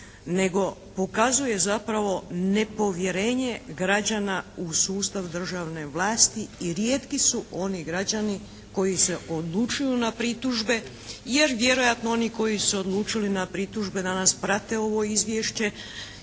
nego pokazuje zapravo nepovjerenje građana u sustav državne vlasti i rijetki su oni građani koji se odlučuju na pritužbe jer vjerojatno oni koji su se odlučili na pritužbe danas prate ovo izvješće